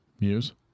Muse